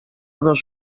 dos